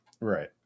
Right